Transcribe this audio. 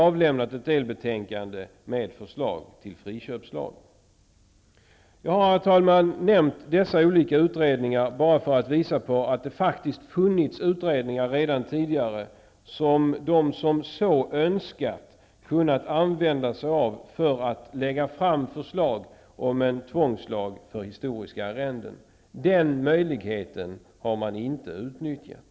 Jag har, herr talman, nämnt dessa olika utredningar bara för att visa att det faktiskt redan tidigare har gjorts utredningar. De som så önskat har kunnat använda sig av dem i syfte att lägga fram förslag till tvångslag för historiska arrenden. Den möjligheten har inte utnyttjats.